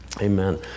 Amen